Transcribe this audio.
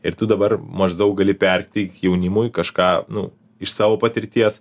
ir tu dabar maždaug gali perteikt jaunimui kažką nu iš savo patirties